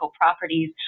properties